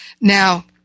Now